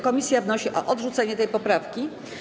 Komisja wnosi o odrzucenie tej poprawki.